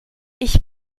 ich